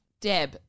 Deb